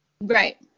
Right